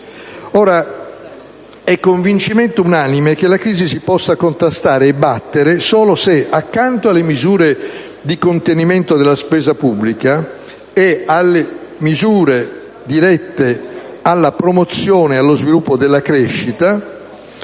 unanime convincimento che la crisi si possa contrastare e battere solo se, accanto alle misure di contenimento della spesa pubblica e alle misure dirette alla promozione dello sviluppo e della crescita,